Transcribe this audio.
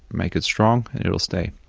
make it strong and it'll stay.